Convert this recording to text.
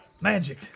Magic